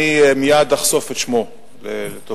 אני מייד אחשוף את שמו לטובת,